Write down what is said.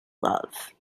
love